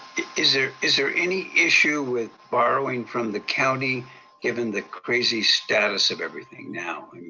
is there is there any issue with borrowing from the county given the crazy status of everything now?